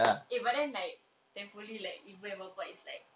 eh but then like thankfully like ibu and bapa is like